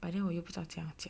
but then 我又不知道怎样讲